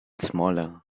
smaller